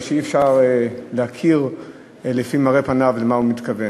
מפני שאי-אפשר להכיר לפי מראה פניו למה הוא מתכוון,